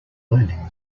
learning